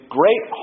great